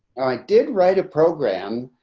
i did write a program,